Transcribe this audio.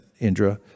Indra